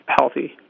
healthy